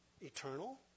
eternal